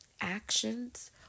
actions